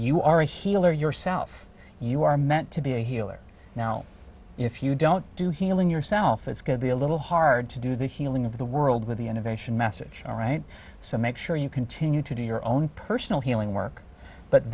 you are a healer yourself you are meant to be a healer now if you don't do healing yourself it's going to be a little hard to do the healing of the world with the integration message all right so make sure you continue to do your own personal healing work but